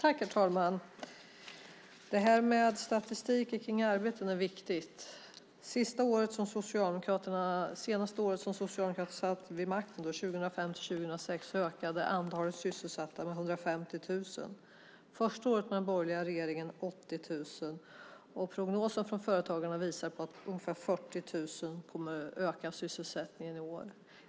Herr talman! Statistik om arbeten är viktigt. Det senaste året som Socialdemokraterna satt vid makten, 2005-2006, ökade antalet sysselsatta med 150 000. Det första året med den borgerliga regeringen ökade det med 80 000. Prognosen från företagarna visar att sysselsättningen kommer att öka med ungefär 40 000 i år.